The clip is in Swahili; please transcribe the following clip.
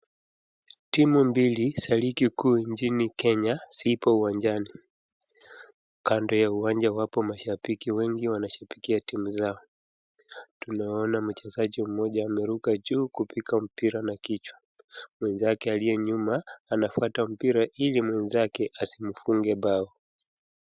Timu mbili za ligi kuu nchini Kenya zipo uwanjani. Kando ya uwanja wapo mashabiki wengi wanashabikia timu zao. Tunaoana mchezaji mmoja ameruka juu kupiga mpira na kichwa, mwenzake aliyenyuma nafuta mpira ili mwenzake asimfunge bao.